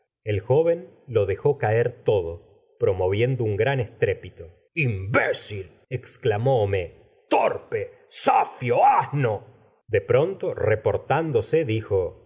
el joven lo dejó caer todo promoviendo un gran estrépito imbéeil exclamó homais torpe zafio asno de pronto reportándose dijo